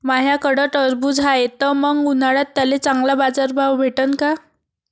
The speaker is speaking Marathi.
माह्याकडं टरबूज हाये त मंग उन्हाळ्यात त्याले चांगला बाजार भाव भेटन का?